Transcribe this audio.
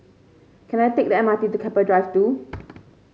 can I take the M R T to Keppel Drive Two